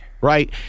Right